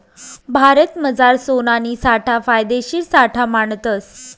भारतमझार सोनाना साठा फायदेशीर साठा मानतस